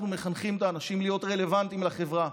אנחנו מחנכים את האנשים להיות רלוונטיים לחברה,